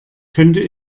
könnte